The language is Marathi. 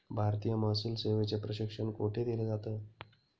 भारतीय महसूल सेवेचे प्रशिक्षण कोठे दिलं जातं?